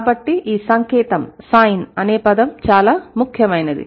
కాబట్టి ఈ సంకేతం అనే పదం చాలా ముఖ్యమైనది